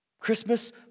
Christmas